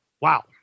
Wow